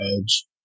edge